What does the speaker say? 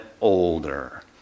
older